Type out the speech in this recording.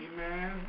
Amen